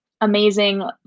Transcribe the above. amazing